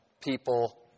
people